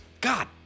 God